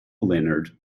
leonard